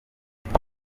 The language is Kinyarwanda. iki